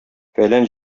фәлән